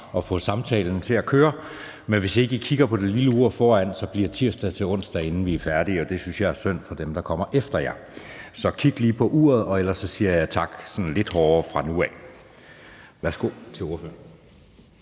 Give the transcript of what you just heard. og få samtalen til at køre, men hvis ikke I kigger på det lille ur foran, bliver tirsdag til onsdag, inden vi er færdige, og det synes jeg er synd for dem, der kommer efter jer. Så kig lige på uret, og ellers siger jeg »tak« sådan lidt hårdere fra nu af. Værsgo til ordføreren.